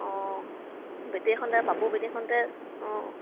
অঁ বেটেৰী এখনতে পাপু বেটেৰীখনতে অঁ